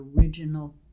original